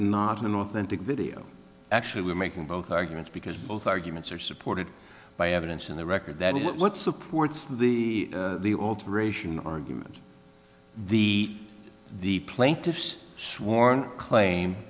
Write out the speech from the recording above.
not an authentic video actually we are making both arguments because both arguments are supported by evidence in the record that what supports the the alteration argument the the plaintiffs sworn claim